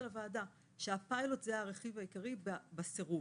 הוועדה שהפיילוט זה הרכיב העיקרי בסירוב.